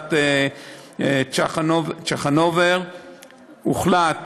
ועדת צ'חנובר הוחלט